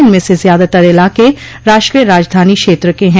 इनमें से ज्यादातर इलाके राष्ट्रीय राजधानी क्षेत्र के हैं